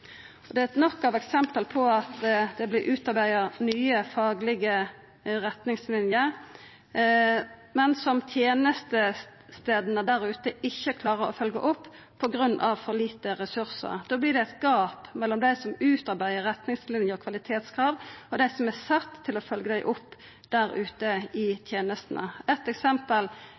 Da vert det eit gap mellom dei som utarbeider retningslinjer og kvalitetskrav, og dei som er sette til å følgja dei opp der ute i tenestene. Eit eksempel